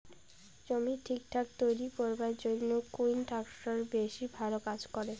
জমি ঠিকঠাক তৈরি করিবার জইন্যে কুন ট্রাক্টর বেশি ভালো কাজ করে?